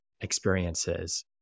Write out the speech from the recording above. experiences